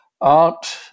art